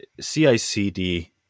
CICD